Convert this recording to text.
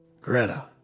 Greta